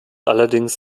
allerdings